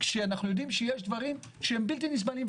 כשאנחנו יודעים שיש דברים שהם בלתי נסבלים.